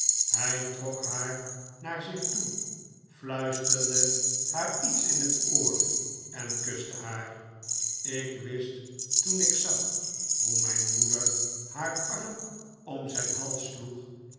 hij trok haar naar zich toe fluisterde haar iets in het oor en kuste haar ik wist toen ik zag hoe mijn moeder haar arm om zijn hals sloeg